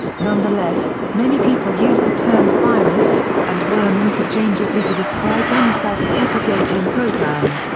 nonetheless, many people use the terms virus and worm interchangeably to describe any self-propagating program.